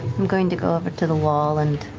i'm going to go over to the wall and